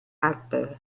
harper